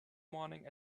morning